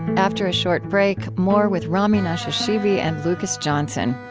after a short break, more with rami nashashibi and lucas johnson.